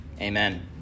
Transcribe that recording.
amen